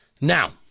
Now